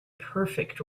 perfect